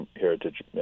Heritage